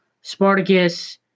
Spartacus